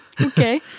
Okay